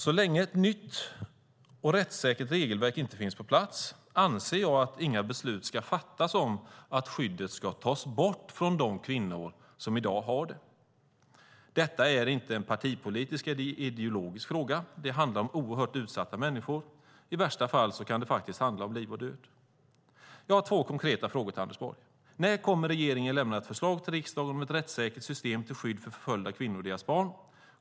Så länge ett nytt och rättssäkert regelverk inte finns på plats anser jag att inga beslut ska fattas om att skyddet ska tas bort från de kvinnor som har sådant i dag. Detta är inte en partipolitisk eller ideologisk fråga. Det handlar om oerhört utsatta människor. I värsta fall kan det faktiskt handla om liv och död. Jag har två konkreta frågor till Anders Borg: När kommer regeringen att lämna ett förslag till riksdagen om ett rättssäkert system till skydd för förföljda kvinnor och deras barn?